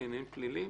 לעניינים פליליים,